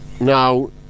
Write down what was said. now